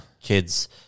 kids